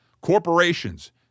corporations